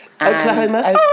Oklahoma